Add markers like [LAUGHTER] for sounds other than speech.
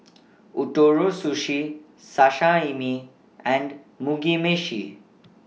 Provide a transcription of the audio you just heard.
[NOISE] Ootoro Sushi Sashimi and Mugi Meshi